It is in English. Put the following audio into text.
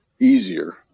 easier